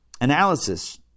analysis